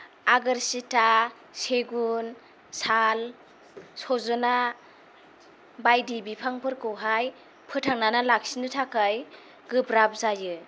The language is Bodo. आगोरसिता सेगुन साल सजना बायदि बिफांफोरखौहाय फोथांनानै लाखिनो थाखाय गोब्राब जायो